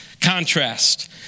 contrast